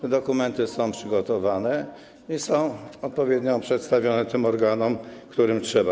Te dokumenty są przygotowane i są odpowiednio przedstawione tym organom, którym trzeba.